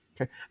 Okay